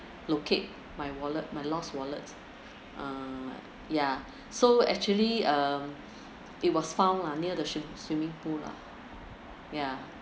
locate my wallet my lost wallets uh ya so actually um it was found lah near the swimming pool lah yeah